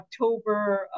October